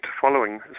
following